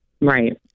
right